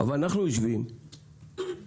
אבל אנחנו יושבים ומחכים